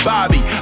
Bobby